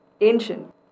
ancient